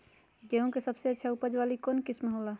गेंहू के सबसे अच्छा उपज वाली कौन किस्म हो ला?